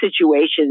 situations